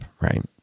right